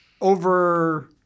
over